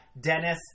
Dennis